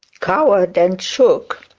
cowered and shook